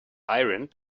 iron